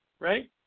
Right